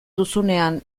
duzunean